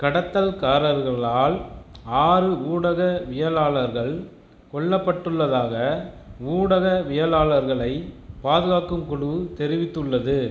கடத்தல்காரர்களால் ஆறு ஊடகவியலாளர்கள் கொல்லப்பட்டுள்ளதாக ஊடகவியலாளர்களைப் பாதுகாக்கும் குழு தெரிவித்துள்ளது